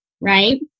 right